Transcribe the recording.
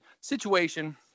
situation